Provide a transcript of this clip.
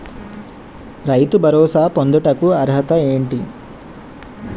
రైతు భరోసా పొందుటకు అర్హత ఏంటి?